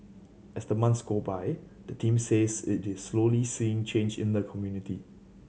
as the months go by the team says it is slowly seeing change in the community